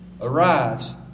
Arise